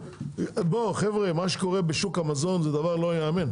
בואו חבר'ה מה שקורה בשוק המזון זה דבר לא יאמן.